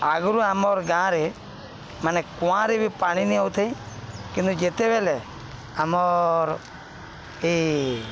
ଆଗରୁ ଆମର୍ ଗାଁରେ ମାନେ କୁଆଁରେ ବି ପାଣି ନି ହଉଥାଏ କିନ୍ତୁ ଯେତେବେଲେ ଆମର୍ ଏଇ